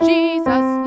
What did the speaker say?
Jesus